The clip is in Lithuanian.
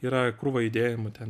yra krūva judėjimų ten